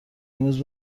امروز